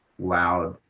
loud